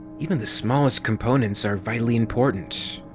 even the smallest components are vitally important.